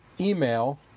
email